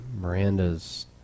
miranda's